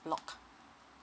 block